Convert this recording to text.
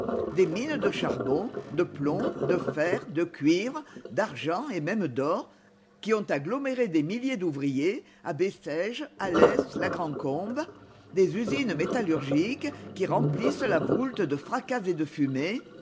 des mines de charbon de plomb de fer de cuivre d'argent et même d'or qui ont aggloméré des milliers d'ouvriers à bessèges alais la grande combe des usines métallurgiques qui remplissent la voultede fracas et de fumée